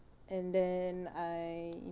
and then I